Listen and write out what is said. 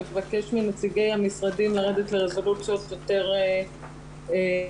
ואבקש מנציגי המשרדים לרדת לרזולוציות יותר דקות.